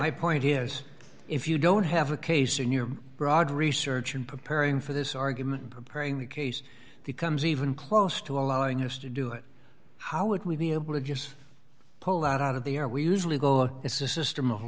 my point is if you don't have a case in your broad research in preparing for this argument preparing the case becomes even close to allowing us to do it how would we be able to just pull that out of the air we usually go it's a system of